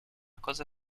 cosa